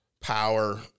power